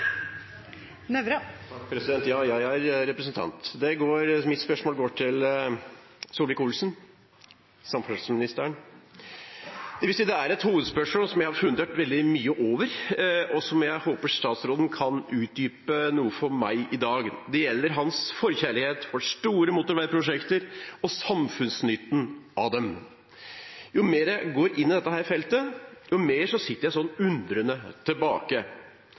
Ja, jeg er representant, og mitt spørsmål går til samferdselsminister Ketil Solvik-Olsen. Dette er et spørsmål som jeg har fundert veldig mye over, og som jeg håper statsråden kan utdype for meg i dag. Det gjelder hans forkjærlighet for store motorveiprosjekter og samfunnsnytten av dem. Jo mer jeg går inn i dette, jo mer sitter jeg undrende tilbake.